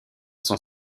sont